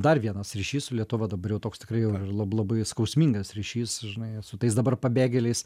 dar vienas ryšys su lietuva dabar jau toks tikrai lab labai skausmingas ryšys žinai su tais dabar pabėgėliais